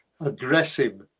aggressive